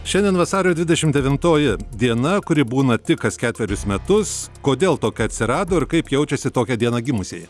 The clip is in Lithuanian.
šiandien vasario dvidešim devintoji diena kuri būna tik kas ketverius metus kodėl tokia atsirado ir kaip jaučiasi tokią dieną gimusieji